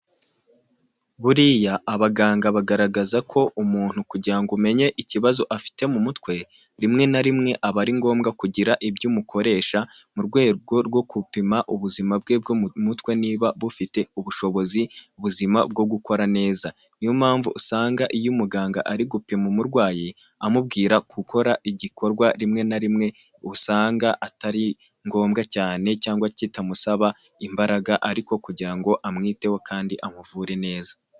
Buriya abaganga bagaragaza ko umuntu kugira umenye ikibazo afite mu mutwe rimwe na rimwe aba ari ngombwa kugira ibyo umukoresha mu rwego rwo gupima ubuzima bwe bwo mu mutwe niba bufite ubushobozi buzima bwo gukora neza, niyo mpamvu usanga iyo umuganga ari gupima umurwayi amubwira gukora igikorwa rimwe na rimwe usanga atari ngombwa cyane cyangwa kitamusaba imbaraga ariko kugira ngo amwiteho kandi amuvure neza.